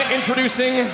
introducing